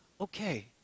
okay